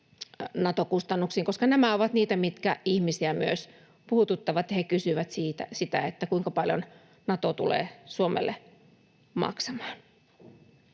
Nato-kustannuksiin? Nämä ovat niitä, mitkä ihmisiä myös puhututtavat, ja he kysyvät sitä, kuinka paljon Nato tulee Suomelle maksamaan.